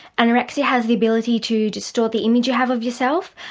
anorexia has the ability to distort the image you have of yourself.